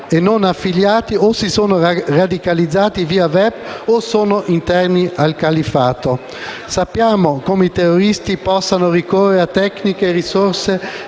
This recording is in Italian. e non affiliati: si sono radicalizzati via *web* o sono interni al califfato. Sappiamo come i terroristi possono ricorrere a tecniche e risorse